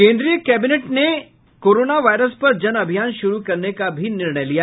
केन्द्रीय कैबिनेट ने आज से कोरोना वायरस पर जन अभियान शुरू करने का भी निर्णय लिया